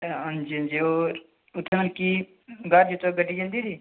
हां जी हां जी होर उत्थे कि ग्हार जित्तो गड्डी जन्दी नी